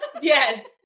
yes